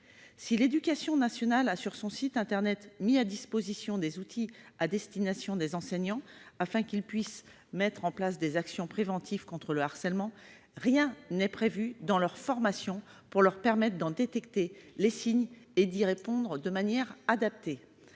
Si l'éducation nationale a, sur son site internet, mis à disposition des outils à destination des enseignants afin qu'ils puissent mettre en place des actions préventives contre le harcèlement, rien n'est prévu dans leur formation pour leur permettre d'en détecter les signes et d'y répondre de manière adaptée.